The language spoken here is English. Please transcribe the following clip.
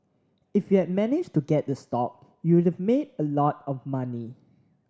if you had managed to get the stock you'd have made a lot of money